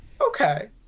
Okay